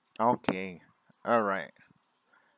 okay alright